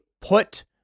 put